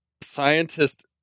Scientists